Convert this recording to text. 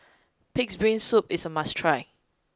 Pig'S brain soup is a must try